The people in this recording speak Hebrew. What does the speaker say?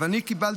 אבל אני קיבלתי,